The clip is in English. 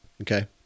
Okay